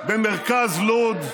במרכז לוד,